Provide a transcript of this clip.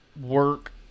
work